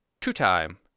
two-time